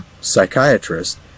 psychiatrist